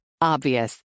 Obvious